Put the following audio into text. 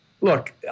look